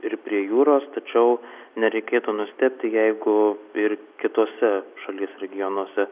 ir prie jūros tačiau nereikėtų nustebti jeigu ir kituose šalies regionuose